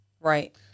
Right